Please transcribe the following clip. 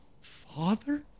father